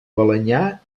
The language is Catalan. balenyà